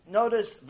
notice